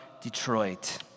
Detroit